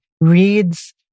reads